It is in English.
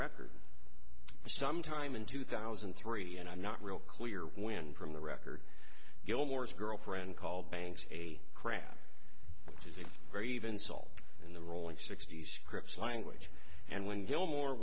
record sometime in two thousand and three and i'm not real clear when from the record gilmore's girlfriend called banks a crap is a very even salt in the rolling sixty scripts language and when gilmore